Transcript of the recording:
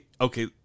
okay